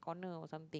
corner or something